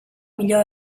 millor